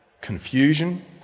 Confusion